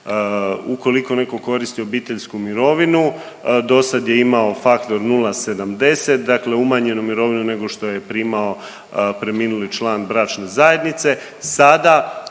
ukoliko netko koristi obiteljsku mirovinu, dosad je imao faktor 0,70, dakle umanjenu mirovinu nešto što je primao preminuli član bračne zajednice.